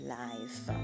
life